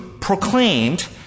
proclaimed